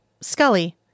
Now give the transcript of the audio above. Scully